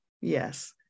Yes